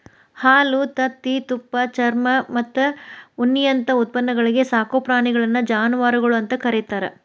ಹಾಲು, ತತ್ತಿ, ತುಪ್ಪ, ಚರ್ಮಮತ್ತ ಉಣ್ಣಿಯಂತ ಉತ್ಪನ್ನಗಳಿಗೆ ಸಾಕೋ ಪ್ರಾಣಿಗಳನ್ನ ಜಾನವಾರಗಳು ಅಂತ ಕರೇತಾರ